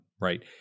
right